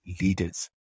leaders